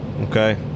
Okay